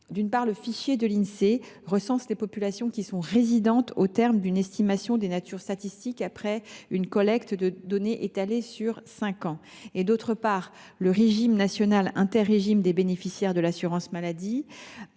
D’une part, le fichier de l’Insee recense les populations résidentes au terme d’une estimation statistique, après une collecte de données étalée sur cinq ans. D’autre part, le répertoire national inter régime des bénéficiaires de l’assurance maladie